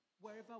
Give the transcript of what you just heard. wherever